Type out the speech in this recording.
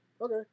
okay